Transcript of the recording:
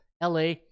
LA